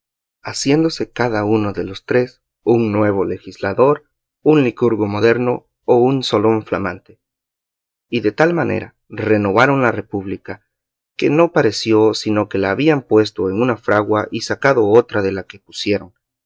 haciéndose cada uno de los tres un nuevo legislador un licurgo moderno o un solón flamante y de tal manera renovaron la república que no pareció sino que la habían puesto en una fragua y sacado otra de la que pusieron